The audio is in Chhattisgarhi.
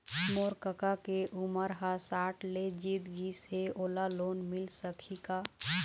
मोर कका के उमर ह साठ ले जीत गिस हे, ओला लोन मिल सकही का?